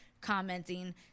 commenting